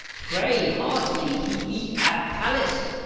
pray heartily he be at palace.